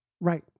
Right